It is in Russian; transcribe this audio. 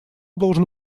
должен